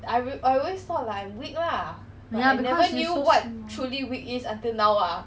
easier to build strength [siol]